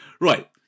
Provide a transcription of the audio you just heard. Right